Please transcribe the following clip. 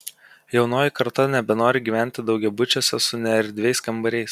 jaunoji karta nebenori gyventi daugiabučiuose su neerdviais kambariais